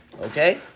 okay